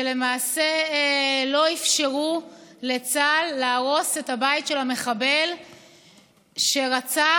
שלמעשה לא אפשרו לצה"ל להרוס את הבית של המחבל שרצח